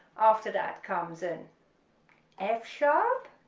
after that comes in f sharp,